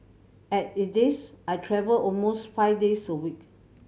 as it is I travel almost five days a week